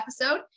episode